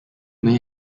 may